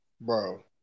bro